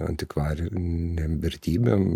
antikvarinėm vertybėm